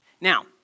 Now